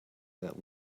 that